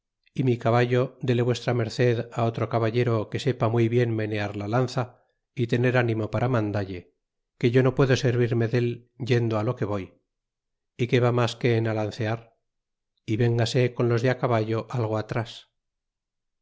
y mi caballo dele v merced otro caballero que sepa muy bien menear la lanza é tener ánimo para mandalle que yo no puedo servirme dél yendo lo que voy y que va mas que en alancear y véngase con los de caballo algo atras